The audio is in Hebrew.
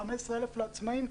15,000 שקל לעצמאים,